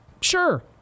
Sure